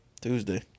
Tuesday